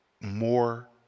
more